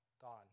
gone